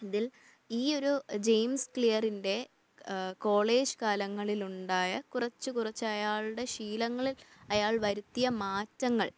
ഇതിൽ ഈ ഒരു ജെയിംസ് ക്ലിയറിൻ്റെ കോളേജ് കാലങ്ങളിലുണ്ടായ കുറച്ചു കുറച്ചയാളുടെ ശീലങ്ങളിൽ അയാൾ വരുത്തിയ മാറ്റങ്ങൾ